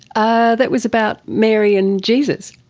ah that was about mary and jesus.